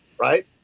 right